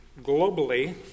globally